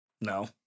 No